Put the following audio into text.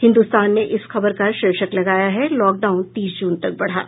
हिन्दुस्तान ने इस खबर का शीर्षक लगया है लॉकडाउन तीस जून तक बढ़ा